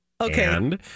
Okay